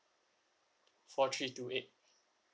four three two eight